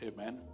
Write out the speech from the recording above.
Amen